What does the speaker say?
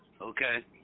Okay